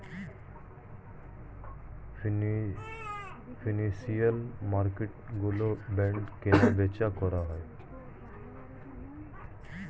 financial মার্কেটগুলোয় bond কেনাবেচা করা যায়